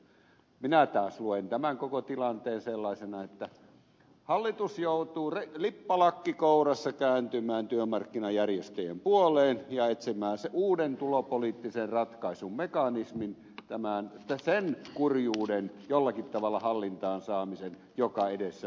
minä taas luen koko tämän tilanteen sellaisena että hallitus joutuu lippalakki kourassa kääntymään työmarkkinajärjestöjen puoleen ja etsimään sen uuden tulopoliittisen ratkaisun mekanismin sen kurjuuden jollakin tavalla hallintaan saamisen joka edessämme on